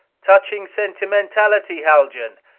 touching sentimentality, haljan!